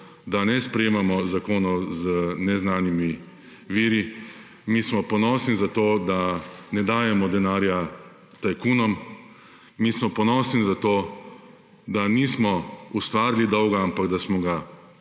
19.50 (nadaljevanje) neznanimi viri. Mi smo ponosni za to, da ne dajemo denarja tajkunom. Mi smo ponosni za to, da nismo ustvarili dolga, ampak da smo ga